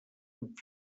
amb